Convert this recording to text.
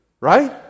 Right